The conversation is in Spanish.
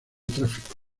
tráfico